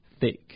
thick